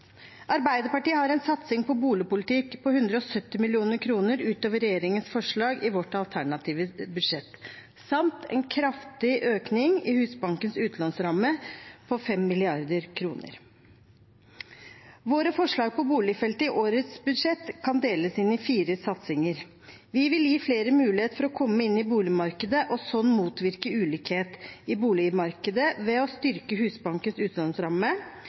Arbeiderpartiet har en satsing på boligpolitikk på 170 mill. kr utover regjeringens forslag i vårt alternative budsjett samt en kraftig økning i Husbankens utlånsramme på 5 mrd. kr. Våre forslag på boligfeltet i årets budsjett kan deles inn i fire satsinger: Vi vil gi flere mulighet til å komme inn i boligmarkedet og slik motvirke ulikhet i boligmarkedet ved å styrke Husbankens